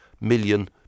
million